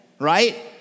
right